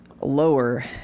lower